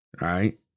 Right